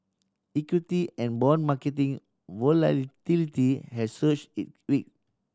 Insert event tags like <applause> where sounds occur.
equity and bond marketing <unintelligible> has surge it week